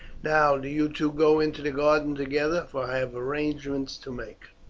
now do you two go into the garden together, for i have arrangements to make.